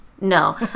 No